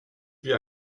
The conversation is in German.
wir